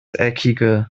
eckige